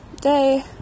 day